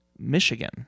michigan